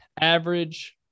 average